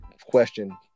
question